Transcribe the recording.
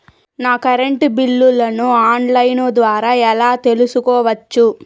నా కరెంటు బిల్లులను online ద్వారా ఎలా తెలుసుకోవచ్చు?